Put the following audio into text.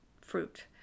fruit